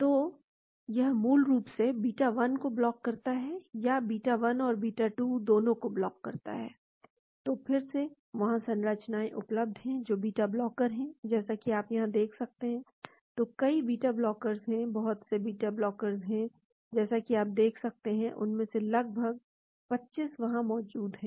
तो यह मूल रूप से बीटा 1 को ब्लॉक करता है या यह बीटा 1 और बीटा 2 दोनों को ब्लॉक करता है तो फिर से वहाँ संरचनाएं उपलब्ध हैं जो बीटा ब्लॉकर हैं जैसा कि आप यहाँ देख सकते हैं तो कई बीटा ब्लॉकर्स हैं बहुत से बीटा ब्लॉकर्स हैं जैसा कि आप देख सकते हैं उनमें से लगभग 25 वहाँ हैं